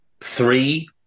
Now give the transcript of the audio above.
three